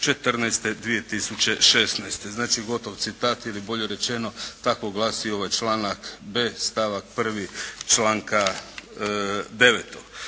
2014.-2016., znači gotov citat ili bolje rečeno, tako glasi ovaj članak b) stavak 1. članka 9.